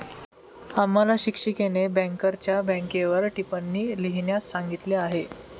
आम्हाला शिक्षिकेने बँकरच्या बँकेवर टिप्पणी लिहिण्यास सांगितली आहे